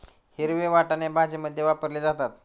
हिरवे वाटाणे भाजीमध्ये वापरले जातात